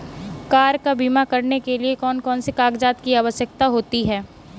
Car का बीमा करने के लिए कौन कौन से कागजात की आवश्यकता होती है?